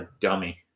dummy